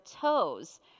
toes